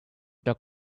doc